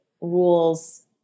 rules